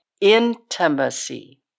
intimacy